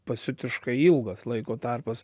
pasiutiškai ilgas laiko tarpas